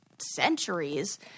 centuries